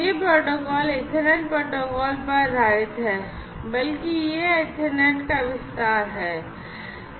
यह protocol Ethernet protocol पर आधारित है बल्कि यह ईथरनेट का विस्तार है